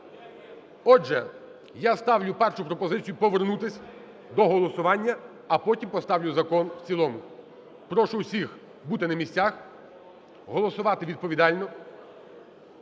Отже, я ставлю першу пропозицію повернутися до голосування, а потім поставлю закон в цілому. Прошу усіх бути на місцях, голосувати відповідально,